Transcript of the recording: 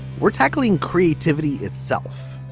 we're tackling creativity itself.